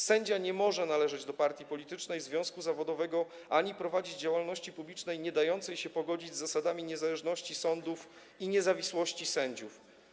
Sędzia nie może należeć do partii politycznej, związku zawodowego ani prowadzić działalności publicznej niedającej się pogodzić z zasadami niezależności sądów i niezawisłości sędziów.